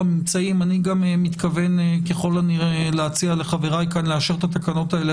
גם מתכוון ככל הנראה להציע לחבריי לאשר את התקנות האלה